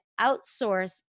outsource